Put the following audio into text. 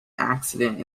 accident